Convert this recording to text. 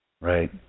Right